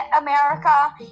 america